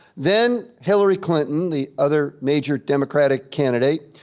then hillary clinton, the other major democratic candidate,